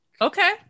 Okay